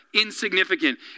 insignificant